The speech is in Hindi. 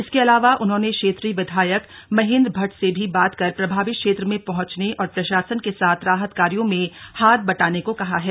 इसके अलावा उन्होंने क्षेत्रीय विधायक महेंद्र भट्ट से भी बात कर प्रभावित क्षेत्र में पहुंचने और प्रशासन के साथ राहत कार्यो में हाथ बंटाने को कहा है